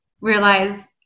realize